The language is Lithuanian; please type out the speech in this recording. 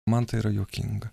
man tai yra juokinga